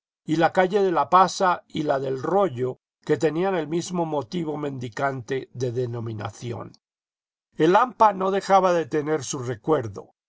y la calle de la pasa y la del rollo que tenían el mismo motivo mendicante de denominación el hampa no dejaba de tener su recuerdo